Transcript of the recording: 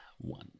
one